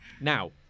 Now